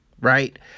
right